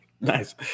Nice